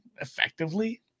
effectively